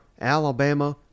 Alabama